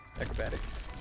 Acrobatics